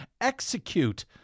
execute